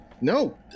no